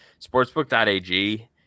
sportsbook.ag